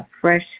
fresh